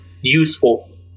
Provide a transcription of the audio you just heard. useful